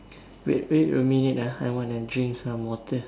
wait wait a minute ah I want to drink some water